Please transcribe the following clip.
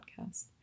podcast